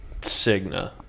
Cigna